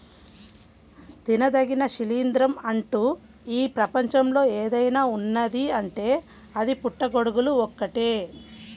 తినదగిన శిలీంద్రం అంటూ ఈ ప్రపంచంలో ఏదైనా ఉన్నదీ అంటే అది పుట్టగొడుగులు ఒక్కటే